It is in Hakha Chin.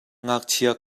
ngakchia